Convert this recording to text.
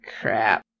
crap